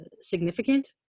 significant